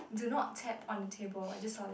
do not tap on the table I just saw that